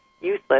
useless